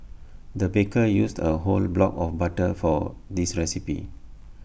the baker used A whole block of butter for this recipe